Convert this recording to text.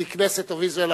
the Knesset of Israel,